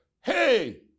Hey